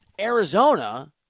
Arizona